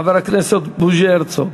חבר הכנסת בוז'י הרצוג,